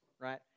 right